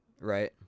right